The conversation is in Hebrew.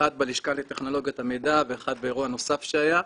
אחד בלשכה לטכנולוגיית המידע ואחד באירוע נוסף שהיה,